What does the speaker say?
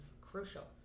crucial